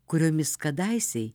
kuriomis kadaisei